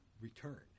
return